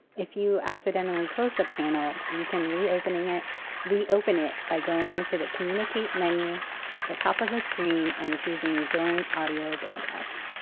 if you accidentally close the panel, you can reopen it reopen it by going to the communicate menu at the top of the screen and choosing joint audio broadcast.